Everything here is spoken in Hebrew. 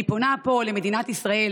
אני פונה מפה למדינת ישראל,